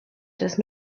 does